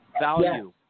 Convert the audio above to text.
value